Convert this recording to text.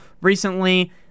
recently